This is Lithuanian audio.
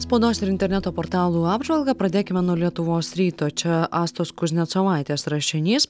spaudos ir interneto portalų apžvalgą pradėkime nuo lietuvos ryto čia astos kuznecovaitės rašinys